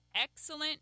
excellent